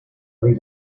dit